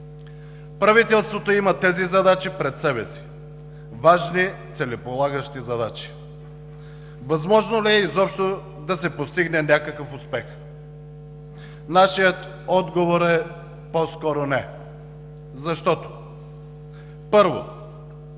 Правителството има тези задачи пред себе си – важни целеполагащи задачи. Възможно ли е изобщо да се постигне някакъв успех? Нашият отговор е по-скоро „не“. Защо? Първо,